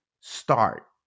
Start